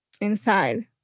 inside